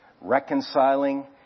reconciling